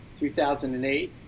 2008